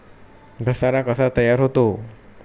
घसारा कसा तयार होतो?